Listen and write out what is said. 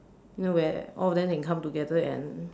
you know where all of them can come together and